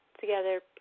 together